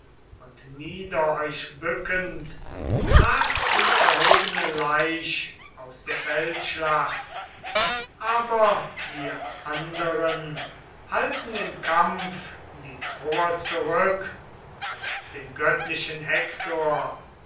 und nieder euch bückend tragt die erhobene leich aus der feldschlacht aber wir anderer halten im kampf die troer zurück und den göttlichen hektor